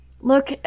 Look